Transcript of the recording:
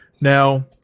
Now